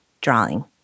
drawing